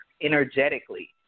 energetically